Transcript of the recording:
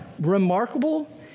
remarkable